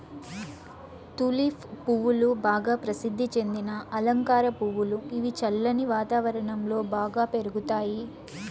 tulip పువ్వులు బాగా ప్రసిద్ది చెందిన అలంకార పువ్వులు, ఇవి చల్లని వాతావరణం లో బాగా పెరుగుతాయి